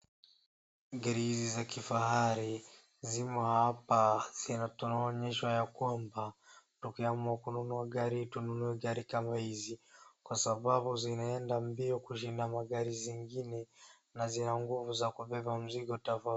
Gari hizi za kifahari zimo hapa. Tunaonyeshwa ya kwaba tukiamua kununua tununue gari kama hizi kwa sababu zinaenda mbio kushinda magari zingine na zina nguvu ya kubeba mzigo.